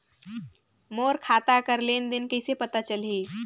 मोर खाता कर लेन देन कइसे पता चलही?